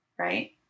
Right